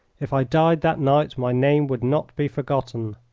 if i died that night my name would not be forgotten.